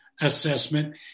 assessment